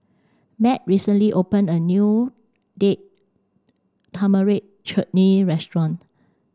Mat recently opened a new Date Tamarind Chutney Restaurant